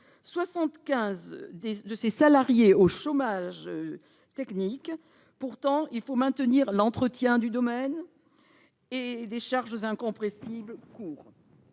de ses salariés au chômage technique. Pourtant, il faut continuer à entretenir le domaine, et les charges incompressibles courent.